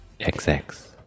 XX